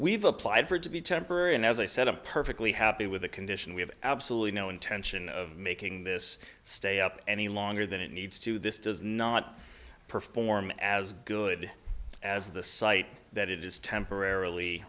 we've applied for it to be temporary and as i said i'm perfectly happy with the condition we have absolutely no intention of making this stay up any longer than it needs to this does not perform as good as the site that it is temporarily